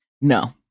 No